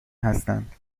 هستند